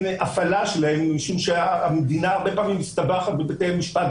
הפעלה שלהן משום המדינה הרבה פעמים מסתבכת בבתי המשפט,